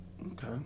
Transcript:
Okay